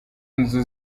nzu